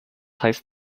heißt